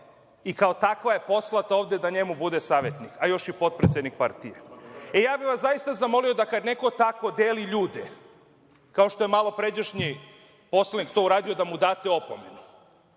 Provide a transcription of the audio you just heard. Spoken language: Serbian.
i kao takva je poslata ovde da njemu bude savetnik, a još je potpredsednik partije. Ja bih vas zaista zamolio kad neko tako deli ljude, kao što je malopređašnji poslanik to uradio, da mu date opomenu,